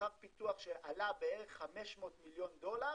לאחר פיתוח שעלה בערך 500 מיליון דולר,